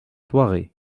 thoiry